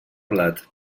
blat